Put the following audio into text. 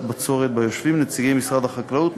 בצורת שיושבים בה נציגי משרד החקלאות,